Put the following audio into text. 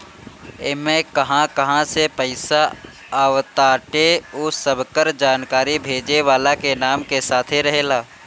इमे कहां कहां से पईसा आवताटे उ सबकर जानकारी भेजे वाला के नाम के साथे रहेला